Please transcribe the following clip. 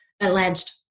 alleged